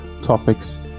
topics